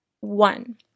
one